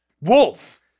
WOLF